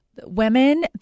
Women